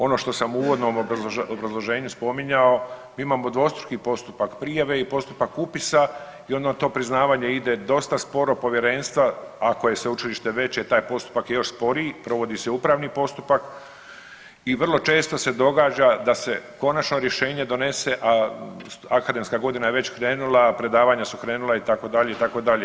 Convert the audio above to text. Ono što sam u uvodnom obrazloženju spominjao, mi imamo dvostruki postupak prijave i postupak upisa i onda to priznavanje ide dosta sporo, povjerenstva, ako je sveučilište veće, taj postupak je još sporiji, provodi se upravni postupak i vrlo često se događa da se konačno rješenje donese, a akademska godina je već krenula, predavanja su krenula, itd., itd.